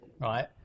Right